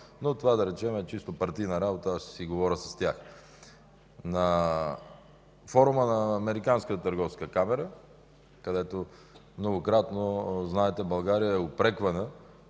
Но това, да речем, е чисто партийна работа. Аз ще си говоря с тях. На форума на Американската търговска камара, където, знаете, многократно България е упреквана,